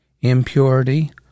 impurity